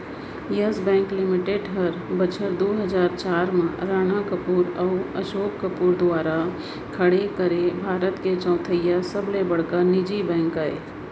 yes Bank Limited हर बछर दू हजार चार म राणा कपूर अउ असोक कपूर दुवारा खड़े करे भारत के चैथइया सबले बड़का निजी बेंक अय